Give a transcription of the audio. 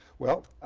well,